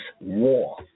war